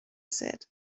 said